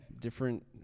different